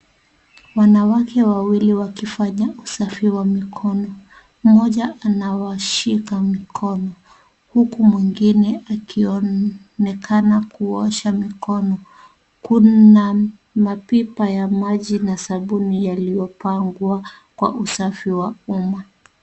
Wanawake wawili wakifanya usafi wa mikono. Mmoja anawashika mikono huku mwingine akionekana kuosha mikono. Kuna mabiba ya maji na sabuni yaliyopangwa kwa usafi wa umma.